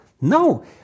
No